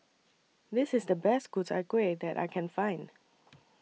This IS The Best Ku Chai Kueh that I Can Find